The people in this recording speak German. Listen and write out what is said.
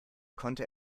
konnte